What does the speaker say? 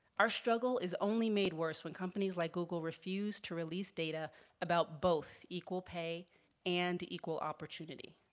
our struggle is only made worse when companies like google refuse to release data about both equal pay and equal opportunity.